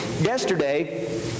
yesterday